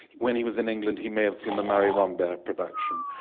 when he was in england he may have seen the marie rambert production.